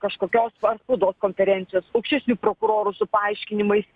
kažkokios spaudos konferencijos aukštesnių prokurorų su paaiškinimais